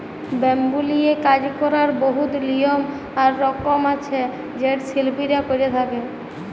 bamboo লিয়ে কাজ ক্যরার বহুত লিয়ম আর রকম আছে যেট শিল্পীরা ক্যরে থ্যকে